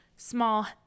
small